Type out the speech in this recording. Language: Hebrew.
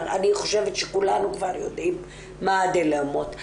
אני חושבת שכולנו כבר יודעים מה הדילמות.